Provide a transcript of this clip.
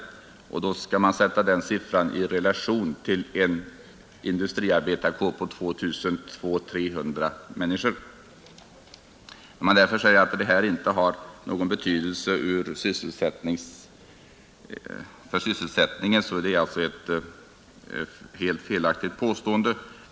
Den siffran skall ställas i relation till en industriarbetarkår på 2 200 å 2 300 människor. Om man 49 därför säger att det här inte har någon betydelse för sysselsättningen är det alltså ett helt felaktigt påstående.